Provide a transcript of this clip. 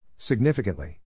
Significantly